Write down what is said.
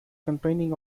containing